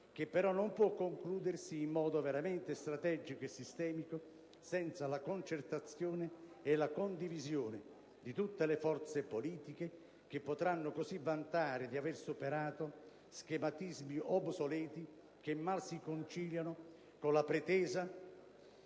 che però non può concludersi in modo veramente strategico e sistemico senza la concertazione e la condivisione di tutte le forze politiche, le quali potranno così vantare di aver superato schematismi obsoleti che mal si conciliano con la pretesa